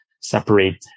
separate